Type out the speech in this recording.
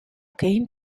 game